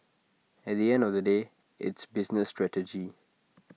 at the end of the day it's business strategy